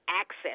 access